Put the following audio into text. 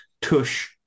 Tush